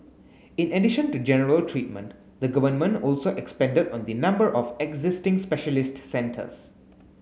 in addition to general treatment the Government also expanded on the number of existing specialist centres